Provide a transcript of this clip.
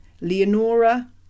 Leonora